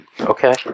Okay